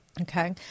Okay